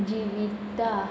जिवीता